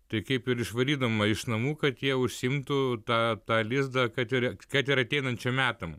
tai kaip ir išvarydama iš namų kad jie užsiimtų tą tą lizdą kad ir kad ir ateinančiam metam